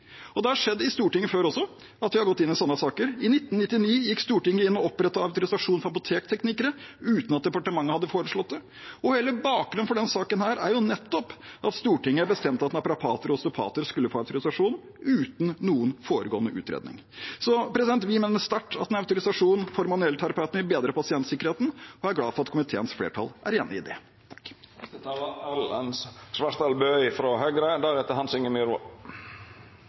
i Stortinget før også at vi har gått inn i sånne saker. I 1999 gikk Stortinget inn og opprettet autorisasjon for apotekteknikere uten at departementet hadde foreslått det. Hele bakgrunnen for denne saken er nettopp at Stortinget bestemte at naprapater og osteopater skulle få autorisasjon uten noen foregående utredning. Så vi mener sterkt at en autorisasjon for manuellterapeutene vil bedre pasientsikkerheten og er glad for at komiteens flertall er enig i det.